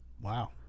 Wow